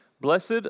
Blessed